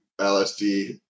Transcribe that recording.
LSD